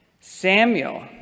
Samuel